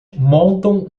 montam